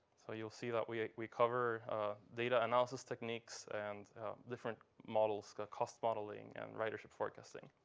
so you'll see that we we cover data analysis techniques and different models cost modeling and ridership forecasting.